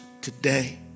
today